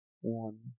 one